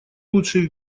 лучший